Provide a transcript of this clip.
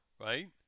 Right